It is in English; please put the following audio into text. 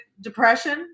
depression